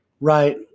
Right